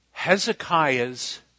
Hezekiah's